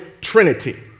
Trinity